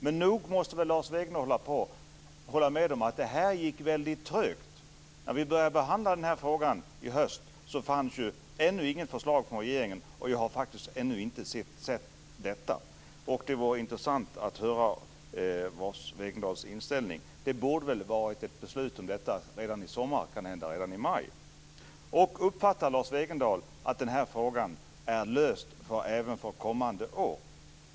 Men nog måste väl Lars Wegendal hålla med om att det här gick väldigt trögt. När vi började behandla frågan i höst fanns ännu inget förslag från regeringen, och jag har faktiskt ännu inte sett något. Det var intressant att höra Lars Wegendals inställning. Det borde fattats ett beslut om detta i sommar, kanhända redan i maj. Uppfattar Lars Wegendal att den här frågan är löst även för kommande år?